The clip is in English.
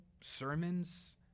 sermons